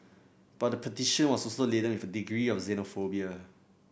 but the petition was also laden with a degree of xenophobia